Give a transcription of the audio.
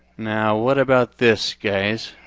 now what about this guys?